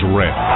red